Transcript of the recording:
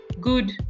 good